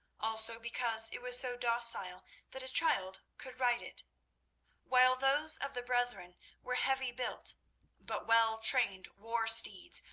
also because it was so docile that a child could ride it while those of the brethren were heavy-built but well-trained war steeds,